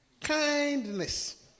Kindness